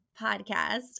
podcast